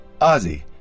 Ozzy